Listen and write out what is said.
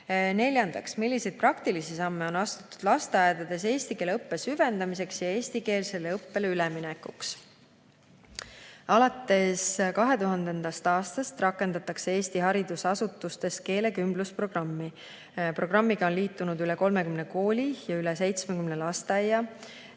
Neljandaks: "Milliseid praktilisi samme on astutud lasteaedades eesti keele õppe süvendamiseks ja eestikeelsele õppele üleminekuks?" Alates 2000. aastast rakendatakse Eesti haridusasutustes keelekümblusprogrammi. Programmiga on liitunud üle 30 kooli ja üle 70 lasteaia.